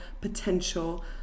potential